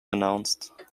announced